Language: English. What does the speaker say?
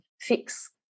fix